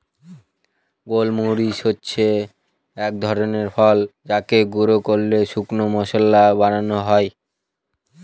গোল মরিচ হচ্ছে এক ধরনের ফল যাকে গুঁড়া করে শুকনো মশলা বানানো হয়